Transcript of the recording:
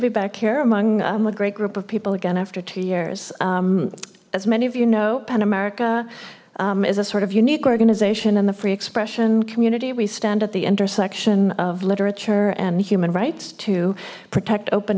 be back here among a great group of people again after two years as many of you know penn america is a sort of unique organization and the free expression commune we stand at the intersection of literature and human rights to protect open